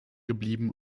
geblieben